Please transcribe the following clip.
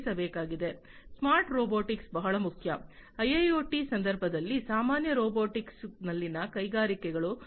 smart robotics ಬಹಳ ಮುಖ್ಯ ಐಐಒಟಿಯ ಸಂದರ್ಭದಲ್ಲಿ ಸಾಮಾನ್ಯ ರೊಬೊಟಿಕ್ಸ್ನಲ್ಲಿನ ಕೈಗಾರಿಕೆಗಳು ಬಹಳ ಮುಖ್ಯ